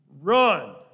Run